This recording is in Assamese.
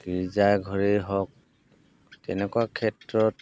গীৰ্জা ঘৰেই হওক তেনেকুৱা ক্ষেত্ৰত